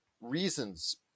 reasons